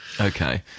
Okay